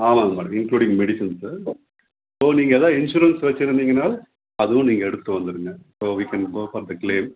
ஆமாங்க madam including medicines so நீங்கள் எதாது இன்சூரன்ஸ் வச்சிருந்தீங்கனால் அதுவும் நீங்கள் எடுத்துட்டு வந்துடுங்க so we can go for the claim